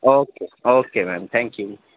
okay okay ma'am thank you